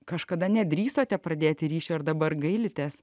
kažkada nedrįsote pradėti ryšio ir dabar gailitės